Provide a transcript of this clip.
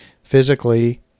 physically